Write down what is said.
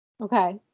Okay